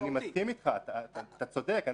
אני מסכים איתך, אתה צודק.